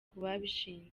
babishinzwe